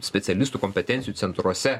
specialistų kompetencijų centruose